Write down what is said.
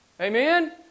amen